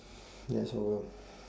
ya so